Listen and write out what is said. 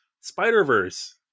Spider-Verse